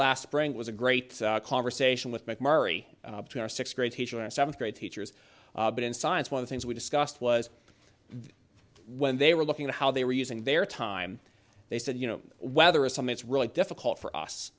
last spring was a great conversation with mike murray our sixth grade teacher and seventh grade teachers in science one of things we discussed was when they were looking at how they were using their time they said you know whether it's some it's really difficult for us